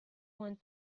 want